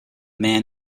man